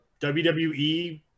WWE